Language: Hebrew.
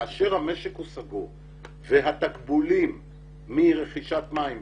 כאשר המשק הוא סגור והתקבולים מרכישת מים,